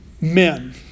men